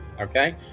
okay